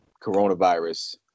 coronavirus